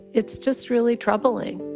it's just really troubling